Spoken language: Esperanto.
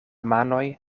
manoj